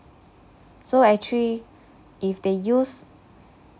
so actually if they use